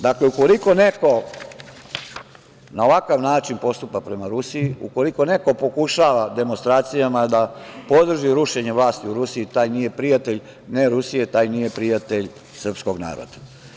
Dakle, ukoliko neko na ovakav način postupa prema Rusiji, ukoliko neko pokušava demonstracijama da podrži rušenje vlasti u Rusiji, taj nije prijatelj ne Rusije, taj nije prijatelj srpskog naroda.